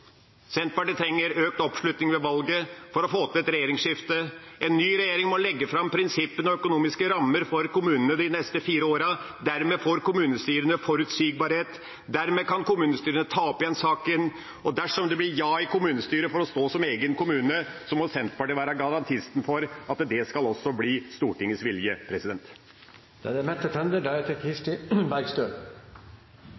Senterpartiet trenger økt oppslutning ved valget for å få til et regjeringsskifte. En ny regjering må legge fram prinsippene og de økonomiske rammene for kommunene de neste fire årene. Dermed får kommunestyrene forutsigbarhet. Dermed kan kommunestyrene ta opp igjen saken, og dersom det blir ja i kommunestyret til å stå som egen kommune, må Senterpartiet være garantisten for at det også skal bli Stortingets vilje. Dette er